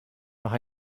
noch